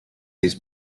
his